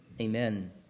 Amen